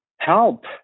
Help